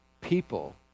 people